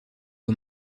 aux